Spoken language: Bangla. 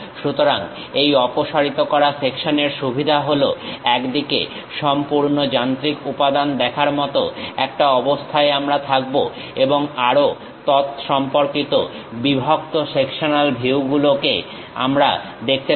সুতরাং এই অপসারিত করা সেকশনের সুবিধা হল একদিকে সম্পূর্ণ যান্ত্রিক উপাদান দেখার মতো একটা অবস্থায় আমরা থাকবো এবং আরো তৎসম্পর্কিত বিভক্ত সেকশনাল ভিউগুলো আমরা দেখতে পারি